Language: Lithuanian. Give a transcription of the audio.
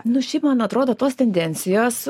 nu šiaip man atrodo tos tendencijos